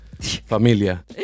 Familia